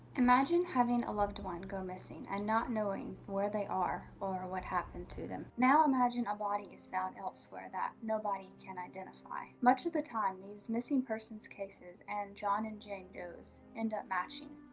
imagine having a loved one go missing and not knowing where they are or what happened to them. now imagine a body is found elsewhere that nobody can identify. much of the time, these missing persons cases and john and jane does end up matching.